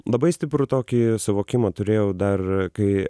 labai stiprų tokį suvokimą turėjau dar kai